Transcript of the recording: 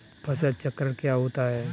फसल चक्र क्या होता है?